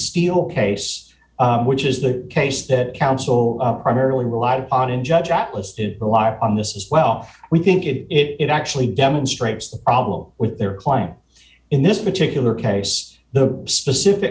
steel case which is the case that counsel primarily relied on in judge atlas to rely on this as well we think if it actually demonstrates the problem with their client in this particular case the specific